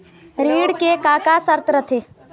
ऋण के का का शर्त रथे?